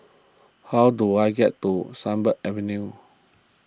how do I get to Sunbird Avenue